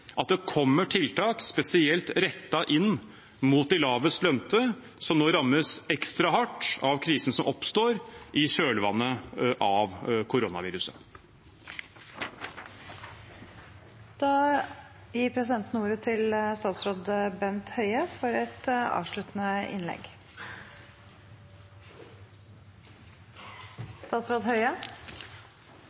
at det kommer tiltak spesielt rettet inn mot de lavest lønte, som nå rammes ekstra hardt av krisen som oppstår i kjølvannet av koronaviruset. Jeg skal ikke la det siste innlegget ødelegge for